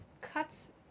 cuts